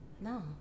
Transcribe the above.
No